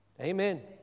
Amen